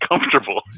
comfortable